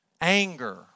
anger